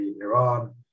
Iran